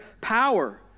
power